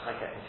Okay